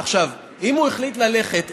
אם הוא החליט ללכת,